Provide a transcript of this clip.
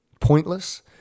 pointless